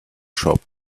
shop